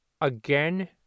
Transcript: again